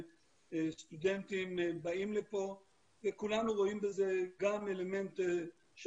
סטודנטים באים לפה וכולנו רואים בזה גם אלמנט של